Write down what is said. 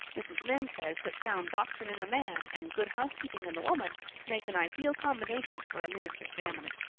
mrs. lynde says that sound doctrine in the man and good housekeeping in the woman make an ideal combination for a minister's family.